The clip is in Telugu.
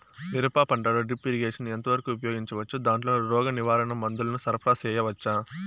మిరప పంటలో డ్రిప్ ఇరిగేషన్ ఎంత వరకు ఉపయోగించవచ్చు, దాంట్లో రోగ నివారణ మందుల ను సరఫరా చేయవచ్చా?